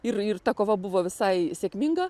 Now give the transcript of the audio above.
ir ir ta kova buvo visai sėkminga